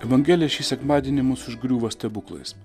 evangelija šį sekmadienį mus užgriuvo stebuklais